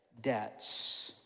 debts